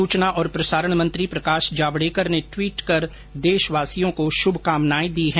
सूचना एवं प्रसारण मंत्री प्रकाश जावेड़कर ने ट्वीट कर देशवासियों को शुभकानाएं दी है